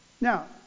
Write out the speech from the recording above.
Now